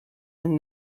and